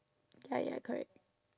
ya ya correct